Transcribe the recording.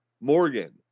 Morgan